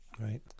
Right